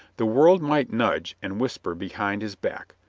the world might nudge and whisper be hind his back,